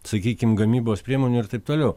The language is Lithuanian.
sakykim gamybos priemonių ir taip toliau